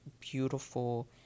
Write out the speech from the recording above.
beautiful